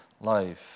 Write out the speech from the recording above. life